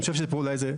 אני חושב שפה אולי זה,